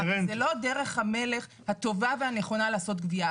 זו לא דרך המלך הטובה והנכונה לעשות גבייה.